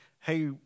hey